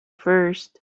first